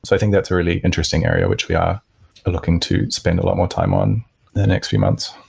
so think that's a really interesting area which we are looking to spend a lot more time on the next few months.